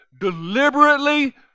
deliberately